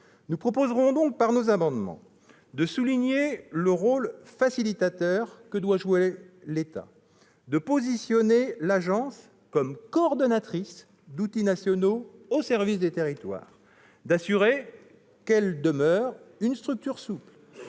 Nous proposerons donc, par nos amendements : de souligner le rôle de facilitateur que doit jouer l'État ; de positionner l'agence comme coordinatrice d'outils nationaux au service des territoires ; d'assurer qu'elle demeure une structure souple